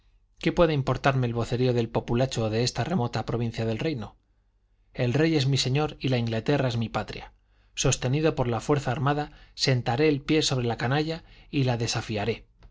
qué puede importarme el vocerío del populacho de esta remota provincia del reino el rey es mi señor y la inglaterra es mi patria sostenido por la fuerza armada sentaré el pie sobre la canalla y la desafiaré